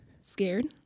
scared